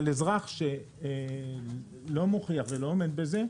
אבל אזרח שלא מוכיח ולא עומד בזה,